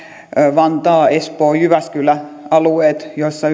vantaa espoo jyväskylä joilla